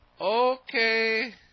okay